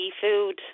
Seafood